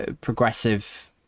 progressive